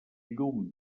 llum